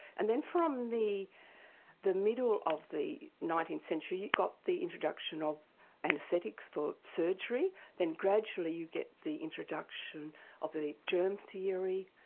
and then from the the middle of the nineteenth century, you got the introduction of anaesthetics for surgery, then gradually you get the introduction of the germ theory,